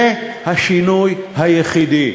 זה השינוי היחיד.